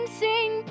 sing